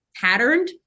patterned